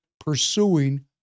pursuing